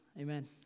Amen